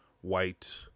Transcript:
white